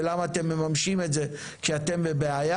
ולמה אתם מממשים את זה כשאתם בבעיה,